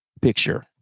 picture